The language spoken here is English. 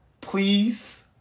Please